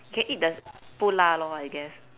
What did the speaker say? can eat the 不辣 lor I guess